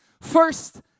first